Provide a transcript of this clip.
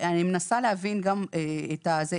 אני מנסה להבין גם את הזה,